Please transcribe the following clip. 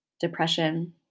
depression